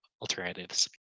alternatives